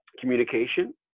communication